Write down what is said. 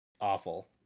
awful